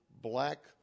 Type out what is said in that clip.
black